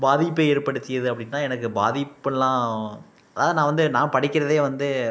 பாதிப்பை ஏற்படுத்தியது அப்படின்னா எனக்கு பாதிப்பெல்லாம் அதான் நான் வந்து நான் படிக்கிறதே வந்து